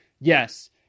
Yes